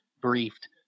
briefed